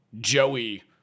Joey